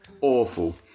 Awful